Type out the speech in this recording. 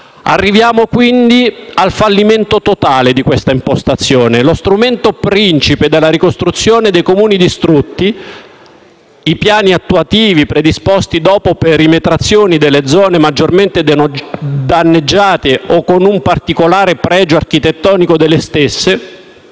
Arriviamo quindi al fallimento totale di questa impostazione. Lo strumento principe della ricostruzione dei Comuni distrutti, i piani attuativi predisposti dopo perimetrazioni delle zone maggiormente danneggiate o con un particolare pregio architettonico delle stesse,